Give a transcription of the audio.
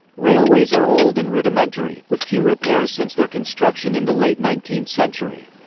railways are old and rudimentary, with few repairs since their construction in the late nineteenth century.